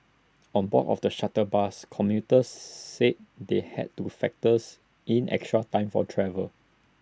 on board of the shuttle bus commuters said they had to factors in extra time for travel